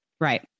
right